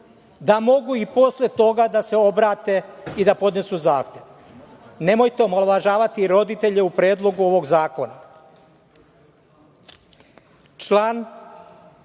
da mogu i posle toga da se obrate i da podnesu zahtev. Nemojte omalovažavati roditelje u predlogu ovog zakona. Član